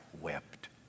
wept